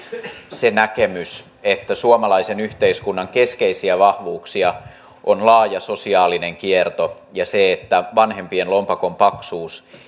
se näkemys että suomalaisen yhteiskunnan keskeisiä vahvuuksia on laaja sosiaalinen kierto ja se että vanhempien lompakon paksuus